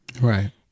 Right